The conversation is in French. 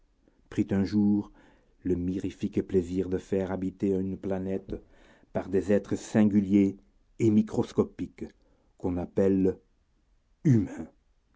prit un jour le mirifique plaisir de faire habiter une planète par des êtres singuliers et microcosmiques qu'on appelle humains